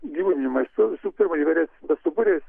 gyvūniniu maistu visų pirma įvairiais bestuburiais